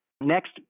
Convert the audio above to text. Next